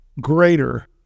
greater